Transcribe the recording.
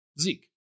Zeke